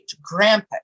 grandpa